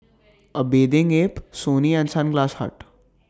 A Bathing Ape Sony and Sunglass Hut